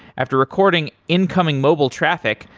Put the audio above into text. after recording incoming mobile traffic,